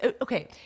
okay